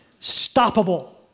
stoppable